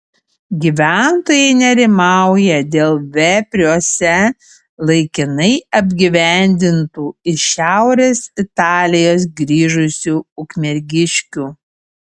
gyventojai nerimauja dėl vepriuose laikinai apgyvendintų iš šiaurės italijos grįžusių ukmergiškių